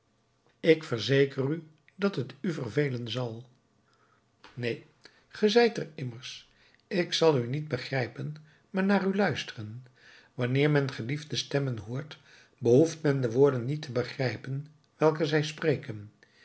ik verzeker u dat t u vervelen zal neen ge zijt er immers ik zal u niet begrijpen maar naar u luisteren wanneer men geliefde stemmen hoort behoeft men de woorden niet te begrijpen welke zij spreken